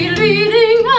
leading